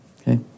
okay